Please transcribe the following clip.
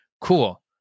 Cool